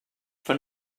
for